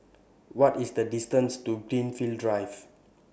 What IS The distance to Greenfield Drive